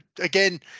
again